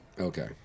Okay